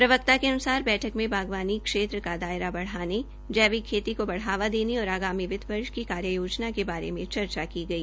प्रवक्ता के अन्सार बैठक में बागवानी क्षेत्र का दायरा बढ़ाने जैविक खेती को बढ़ावा देने और आगामी वित्तवर्ष की कार्ययोजना के बारे में चर्चा की गई